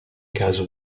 caso